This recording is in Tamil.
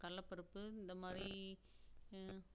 கடலப்பருப்பு இந்த மாதிரி